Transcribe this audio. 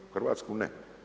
U Hrvatsku ne.